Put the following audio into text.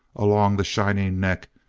along the shining neck,